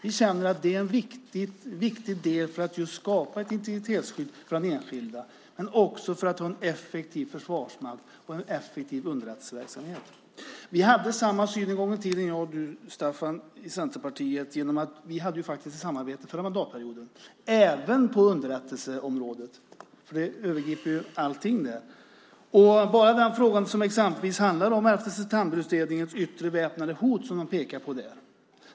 Vi anser att det är viktigt just för att skapa ett integritetsskydd för den enskilde men också för att få en effektiv försvarsmakt och en effektiv underrättelseverksamhet. Vi hade samma syn en gång i tiden, jag och Staffan Danielsson, genom att vi under förra mandatperioden hade ett samarbete med Centerpartiet - även på underrättelseområdet. Det inbegriper ju allting. Ta exempelvis 11 september-utredningen och frågan om yttre väpnat hot, som någon pekade på.